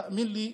תאמין לי,